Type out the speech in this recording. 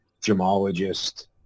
gemologist